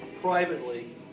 privately